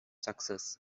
success